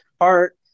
art